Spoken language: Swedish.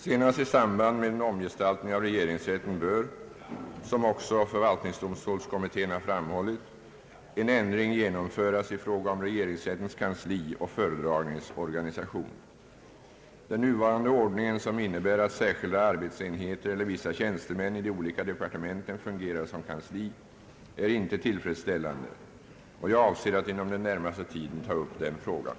Senast i samband med en omgestaltning av regeringsrätten bör — som också = förvaltningsdomstolskommittén framhållit — en ändring genomföras i fråga om regeringsrättens kansli och föredragningsorganisation. Den nuvarande ordningen, som innebär att särskilda arbetsenheter eller vissa tjänstemän i de olika departementen fungerar som kansli, är inte tillfredsställande. Jag avser att inom den närmaste tiden ta upp frågan.